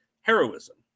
heroism